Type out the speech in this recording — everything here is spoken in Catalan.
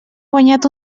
guanyat